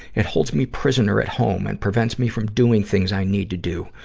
it holds me prisoner at home and prevents me from doing things i need to do.